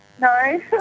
No